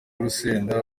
urusenda